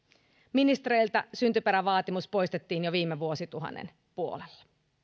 ministereiltä syntyperävaatimus poistettiin jo viime vuosituhannen puolella